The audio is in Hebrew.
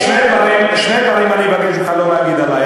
שני דברים אני אבקש ממך לא להגיד עלי,